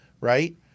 right